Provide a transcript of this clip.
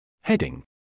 Heading